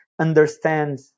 understand